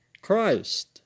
Christ